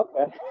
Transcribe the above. Okay